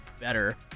better